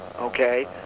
okay